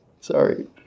Sorry